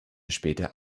später